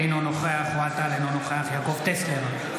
אינו נוכח אוהד טל, אינו נוכח יעקב טסלר,